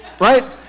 right